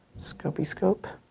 scopey-scope.